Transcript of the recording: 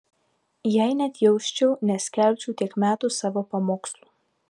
jei neatjausčiau neskelbčiau tiek metų savo pamokslų